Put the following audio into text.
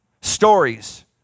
stories